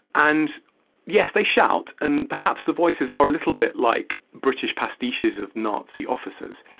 and yes, they shout, and perhaps the voices are a little bit like british pastiches of nazi officers,